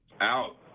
Out